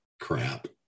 crap